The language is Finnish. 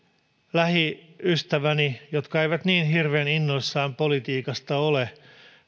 lähiystäväni jotka eivät niin hirveän innoissaan politiikasta ole